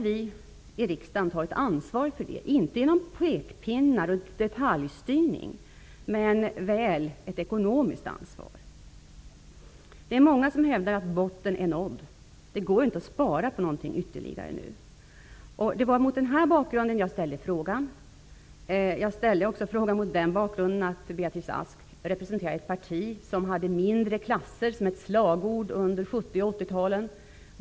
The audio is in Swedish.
Vi i riksdagen måste ta ett ansvar för det, inte genom att komma med pekpinnar och detaljstyrning, men väl genom att ta ett ekonomiskt ansvar. Många hävdar att botten är nådd. Det går inte att spara på ytterligare någonting nu. Det var mot denna bakgrund jag ställde frågan, men också mot bakgrund av att Beatrice Ask representerar ett parti som hade mindre klasser som slagord under 70 och 80-talen.